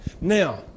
Now